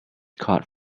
caught